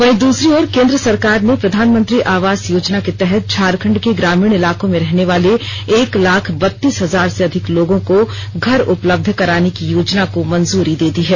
वहीं दूसरी ओर केन्द्र सरकार ने प्रधानमंत्री आवास योजना के तहत झारखंड के ग्रामीण इलाकों में रहने वाले एक लाख बत्तीस हजार से अधिक लोगों को घर उपलब्ध कराने की योजना को मंजूरी दे दी है